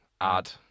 Add